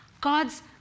God's